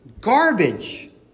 garbage